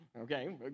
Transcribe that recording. Okay